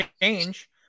change